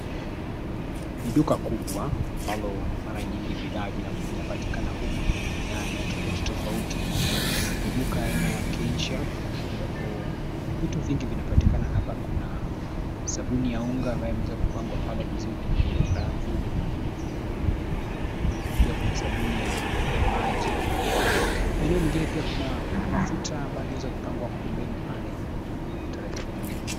Ni duka kubwa ambalo mara nyingi bidhaa vinapatikana humu ni ya aina tofauti tofauti. Ni duka aina ya cleanshelf ambapo vitu vingi vinapaikana hapa kuna sabuni ya unga ambayo imeweza kupangwa pale vizuri kwenye rafu. Pia kuna sabuni ya maji. Maeneno mengi pia kuna mafuta ambayo yameweza kupangwa kwa pembeni pale kwa utaratibu mzuri.